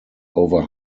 over